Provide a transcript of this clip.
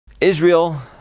Israel